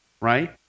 right